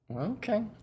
Okay